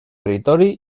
territori